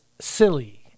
silly